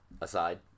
Aside